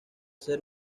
ser